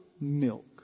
milk